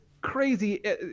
crazy